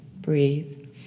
breathe